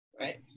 Right